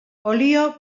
olio